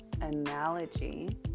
analogy